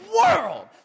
world